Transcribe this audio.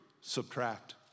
Subtract